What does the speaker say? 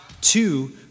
Two